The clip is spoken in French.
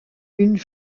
une